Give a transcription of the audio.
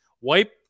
wipe